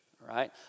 right